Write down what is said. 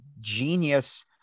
genius